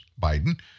Biden